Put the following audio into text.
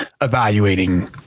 evaluating